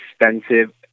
expensive